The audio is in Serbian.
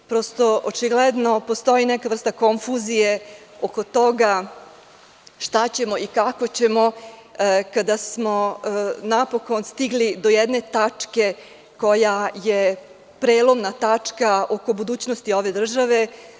Prosto, očigledno postoji neka vrsta konfuzije oko toga šta ćemo i kako ćemo kada smo napokon stigli do jedne tačke koja je prelomna tačka oko budućnosti ove države.